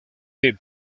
the